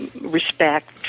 respect